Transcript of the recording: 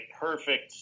perfect –